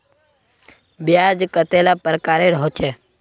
ब्याज कतेला प्रकारेर होचे?